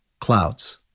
Clouds